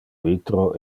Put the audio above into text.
vitro